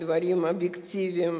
אובייקטיביים,